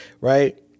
right